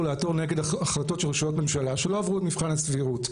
לעתור נגד החלטות של רשויות הממשלה שלא עברו את מבחן הסבירות,